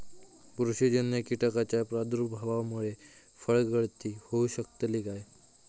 बुरशीजन्य कीटकाच्या प्रादुर्भावामूळे फळगळती होऊ शकतली काय?